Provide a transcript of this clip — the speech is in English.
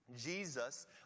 Jesus